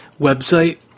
website